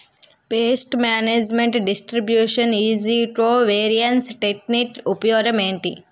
paste management distribution ఏజ్జి covariance technique ఉపయోగం ఏంటి